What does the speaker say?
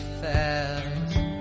fast